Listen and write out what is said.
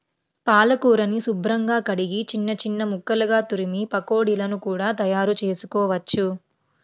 పాలకూరని శుభ్రంగా కడిగి చిన్న చిన్న ముక్కలుగా తురిమి పకోడీలను కూడా తయారుచేసుకోవచ్చు